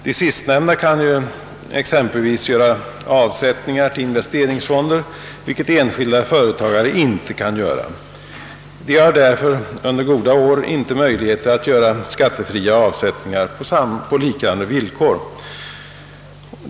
De sistnämnda kan exempelvis göra avsättningar till investeringsfonder, vilket enskilda företagare inte kan göra. De har därför under goda år inga möjligheter att göra skattefria avsättningar på liknande villkor.